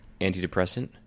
antidepressant